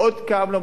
מאוד כאב לו,